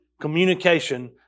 Communication